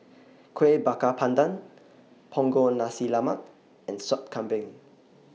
Kuih Bakar Pandan Punggol Nasi Lemak and Sup Kambing